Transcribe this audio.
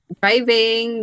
driving